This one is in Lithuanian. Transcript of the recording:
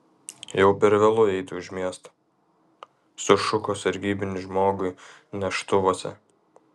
jau per vėlu eiti už miesto sušuko sargybinis žmogui neštuvuose